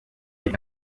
inka